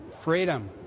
freedom